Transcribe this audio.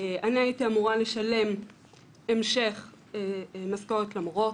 אני הייתי אמורה לשלם המשך משכורת למורות.